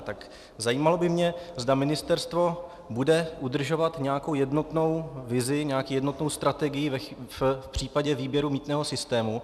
Tak by mě zajímalo, zda ministerstvo bude udržovat nějakou jednotnou vizi, nějakou jednotnou strategii v případě výběru mýtného systému.